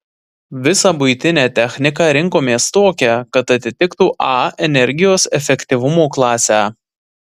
visą buitinę techniką rinkomės tokią kad atitiktų a energijos efektyvumo klasę